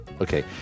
okay